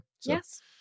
Yes